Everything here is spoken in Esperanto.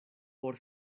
por